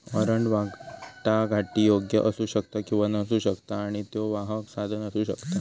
warrant वाटाघाटीयोग्य असू शकता किंवा नसू शकता आणि त्यो वाहक साधन असू शकता